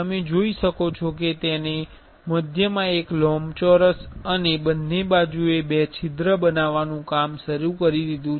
તમે જોઈ શકો છો કે તેને મધ્યમાં એક લંબચોરસ અને બંને બાજુએ બે છિદ્ર બનાવવાનું શરૂ કરરી દીધુ છે